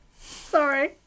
Sorry